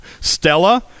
Stella